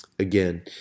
Again